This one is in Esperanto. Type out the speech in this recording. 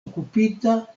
okupita